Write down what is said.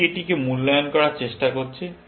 এটি এটিকে মূল্যায়ন করার চেষ্টা করছে